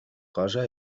cosa